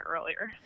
earlier